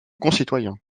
concitoyens